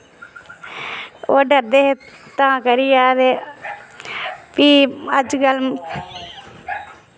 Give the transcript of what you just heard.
ओह् डरदे हे तां करियै ते फ्ही अजकल